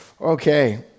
Okay